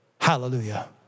Hallelujah